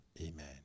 Amen